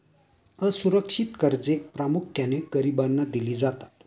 असुरक्षित कर्जे प्रामुख्याने गरिबांना दिली जातात